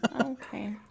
okay